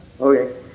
Okay